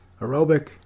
aerobic